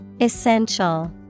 Essential